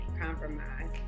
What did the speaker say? compromise